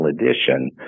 Edition